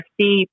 see